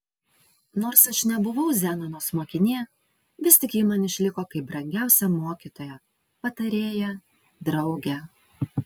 nors aš nebuvau zenonos mokinė vis tik ji man išliko kaip brangiausia mokytoja patarėja draugė